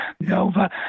Nova